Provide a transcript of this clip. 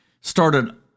started